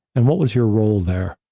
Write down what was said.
and what was your role there?